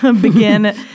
begin